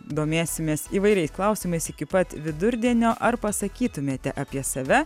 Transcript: domėsimės įvairiais klausimais iki pat vidurdienio ar pasakytumėte apie save